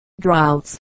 droughts